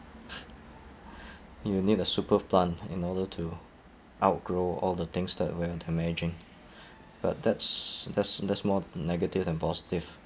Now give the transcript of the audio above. you need a super plant in order to outgrow all the things that we are damaging but that's that's that's more negative than positive